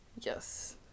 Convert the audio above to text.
Yes